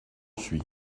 suis